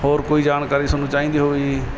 ਹੋਰ ਕੋਈ ਜਾਣਕਾਰੀ ਤੁਹਾਨੂੰ ਚਾਹੀਦੀ ਹੋਵੇ ਜੀ